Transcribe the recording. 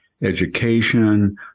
education